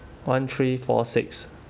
one three four six